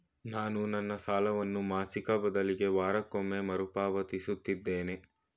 ನಾನು ನನ್ನ ಸಾಲವನ್ನು ಮಾಸಿಕ ಬದಲಿಗೆ ವಾರಕ್ಕೊಮ್ಮೆ ಮರುಪಾವತಿಸುತ್ತಿದ್ದೇನೆ